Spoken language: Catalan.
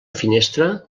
finestra